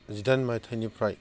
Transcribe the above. जिदाइन मायथाइनिफ्राय